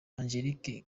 angelique